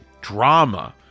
drama